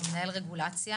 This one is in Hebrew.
הוא מנהל רגולציה.